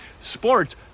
Sports